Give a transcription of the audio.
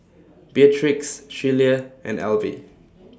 Beatrix Shelia and Alvy